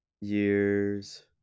years